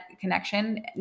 connection